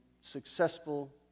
successful